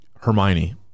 Hermione